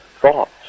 thoughts